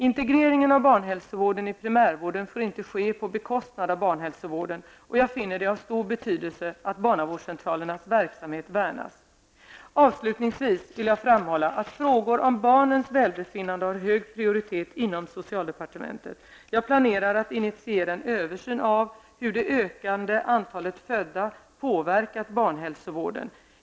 Integreringen av barnhälsovården i primärvården får inte ske på bekostnad av barnhälsovården, och jag finner det av stor betydelse att barnavårdscentralernas verksamhet värnas. Avslutningsvis vill jag framhålla att frågor om barnens välbefinnande har hög prioritet inom socialdepartementet. Jag planerar att initiera en översyn av hur det ökande antalet födda påverkat barnhälsovården.